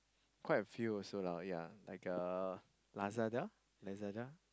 quite a few also lah ya like uh Lazada Lazada